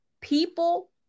People